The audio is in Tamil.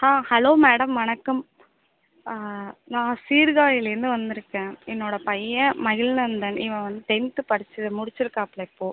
ஆ ஹலோ மேடம் வணக்கம் நான் சீர்காழிலர்ந்து வந்துருக்கேன் என்னோட பையன் மகிழனந்தன் இவன் வந்து டென்த் படிச்சி முடிச்சுருக்காப்ள இப்போ